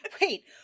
Wait